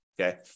okay